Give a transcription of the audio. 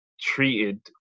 treated